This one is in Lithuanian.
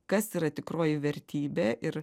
kas yra tikroji vertybė ir